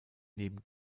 neben